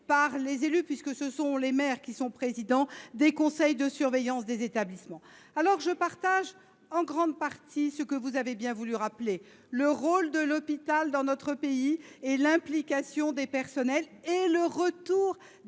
par les élus, puisque ce sont les maires qui président les conseils de surveillance des établissements. Je partage en grande partie vos propos, en particulier sur le rôle de l’hôpital dans notre pays, l’implication des personnels et le retour